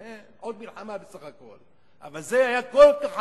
זה עוד מלחמה בסך הכול, אבל זה היה כל כך חשוב.